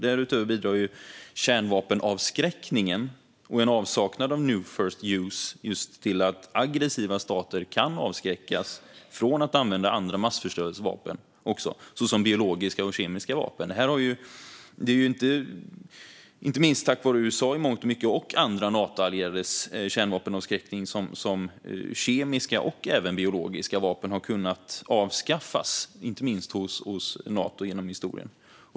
Därutöver bidrar kärnvapenavskräckningen och en avsaknad av no first use just till att aggressiva stater kan avskräckas från att använda andra massförstörelsevapen såsom biologiska och kemiska vapen. Det är inte minst tack vare USA:s och andra Natoallierades kärnvapenavskräckning som kemiska och även biologiska vapen har kunnat avskaffas, inte minst hos Nato, genom historien.